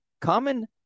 common